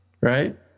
Right